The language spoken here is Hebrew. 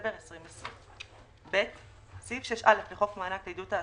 בדצמבר 2020)". סעיף 6(א) לחוק מענק לעידוד תעסוקה,